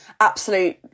absolute